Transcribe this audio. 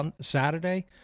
Saturday